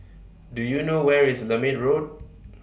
Do YOU know Where IS Lermit Road